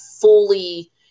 fully